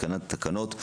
התקנת התקנות.